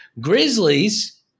Grizzlies